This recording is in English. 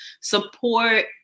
support